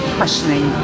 questioning